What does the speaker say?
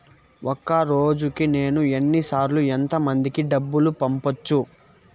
ఒక రోజుకి నేను ఎన్ని సార్లు ఎంత మందికి డబ్బులు పంపొచ్చు?